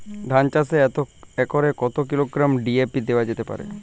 ধান চাষে এক একরে কত কিলোগ্রাম ডি.এ.পি দেওয়া যেতে পারে?